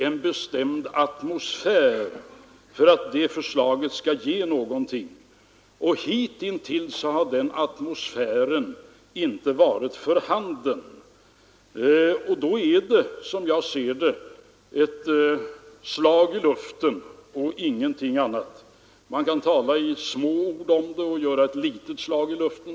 Industrins leveranser till vår hemmamarknad har ökat med över 20 procent, orderingången med 25 och orderstocken med 27 procent — visserligen i löpande priser, men det är ändå en klar uppgång.